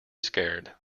scared